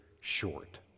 short